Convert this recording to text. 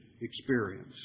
experience